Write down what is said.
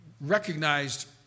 recognized